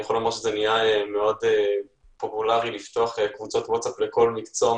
זה נהיה מאוד פופולרי לפתוח קבוצות ווטסאפ לכל מקצוע,